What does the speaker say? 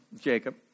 Jacob